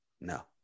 No